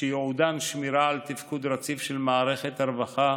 שייעודן שמירה על תפקוד רציף של מערכת הרווחה,